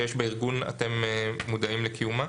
בארגון אתם מודעים לקיומה?